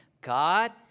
God